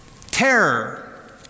terror